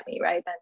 right